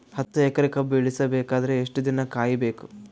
ಹತ್ತು ಎಕರೆ ಕಬ್ಬ ಇಳಿಸ ಬೇಕಾದರ ಎಷ್ಟು ದಿನ ಕಾಯಿ ಬೇಕು?